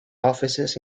offices